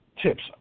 Tips